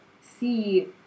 see